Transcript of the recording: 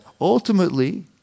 ultimately